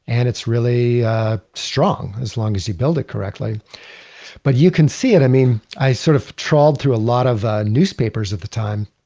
and it's really strong as long as you build it correctly but you can see it. i mean i sort of trolled through a lot of newspapers of the time.